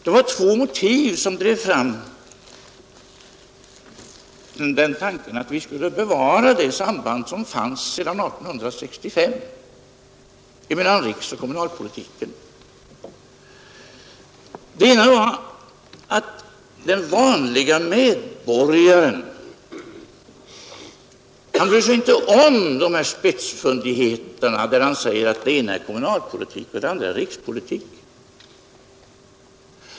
Det var två motiv som drev fram tanken att vi skulle bevara det samband som funnits mellan riksoch kommunalpolitiken sedan 1865. Det ena var att den vanlige medborgaren inte bryr sig om dessa spetsfundigheter, där man säger att det ena är kommunalpolitik och det andra rikspolitik.